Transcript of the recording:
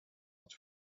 het